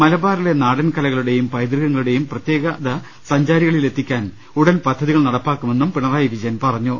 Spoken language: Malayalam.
മലബാറിലെ നാടൻ കലകളുടെയും പ്രൈതൃകങ്ങളുടെയും പ്രത്യേകത സഞ്ചാരികളിൽ എത്തിക്കാൻ ഉടൻ പദ്ധതികൾ നടപ്പാക്കുമെന്നും പിണറായി വിജയൻ പറഞ്ഞു